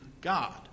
God